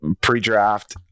Pre-draft